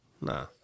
nah